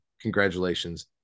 Congratulations